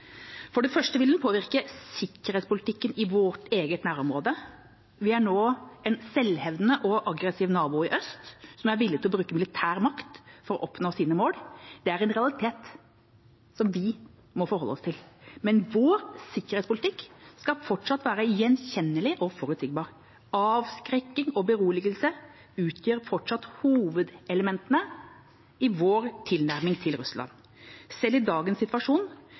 For det første vil den påvirke sikkerhetspolitikken i vårt eget nærområde. Vi har nå en selvhevdende og aggressiv nabo i øst som er villig til å bruke militær makt for å oppnå sine mål. Det er en realitet vi må forholde oss til, men vår sikkerhetspolitikk skal fortsatt være gjenkjennelig og forutsigbar. Avskrekking og beroligelse utgjør fortsatt hovedelementene i vår tilnærming til Russland. Selv i dagens situasjon